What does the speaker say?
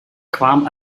kwam